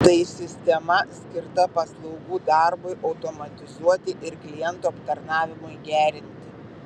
tai sistema skirta paslaugų darbui automatizuoti ir klientų aptarnavimui gerinti